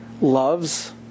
loves